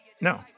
No